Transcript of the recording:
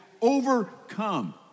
overcome